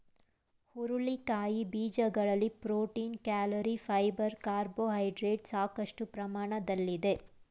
ಹುರುಳಿಕಾಯಿ ಬೀಜಗಳಲ್ಲಿ protein, calorie, fibre carbohydrates ಸಾಕಷ್ಟು ಪ್ರಮಾಣದಲ್ಲಿದೆ